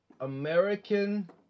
American